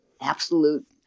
absolute